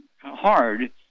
hard